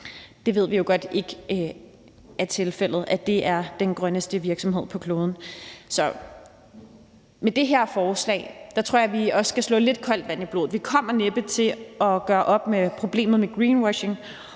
vi ved jo godt, at det ikke er tilfældet, og at det ikke er den grønneste virksomhed på kloden. Med det her forslag tror jeg vi skal slå lidt koldt vand i blodet. Vi kommer næppe til at gøre op med problemet med greenwashing